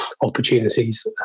opportunities